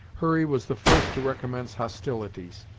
hurry was the first to recommence hostilities.